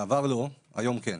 בעבר לא, היום כן.